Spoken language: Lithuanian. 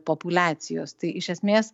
populiacijos tai iš esmės